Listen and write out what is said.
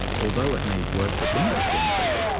although it may work within those boundaries,